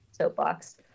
soapbox